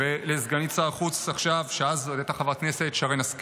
ולסגנית שר החוץ שרן השכל, שהייתה אז חברת כנסת.